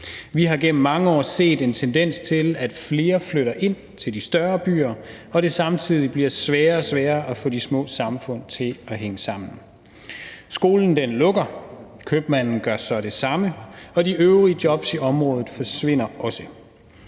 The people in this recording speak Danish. Vi har gennem mange år set en tendens til, at flere flytter ind til de større byer, og at det samtidig bliver sværere og sværere at få de små samfund til at hænge sammen. Skolen lukker, købmanden gør så det samme, og de øvrige jobs i området forsvinder også.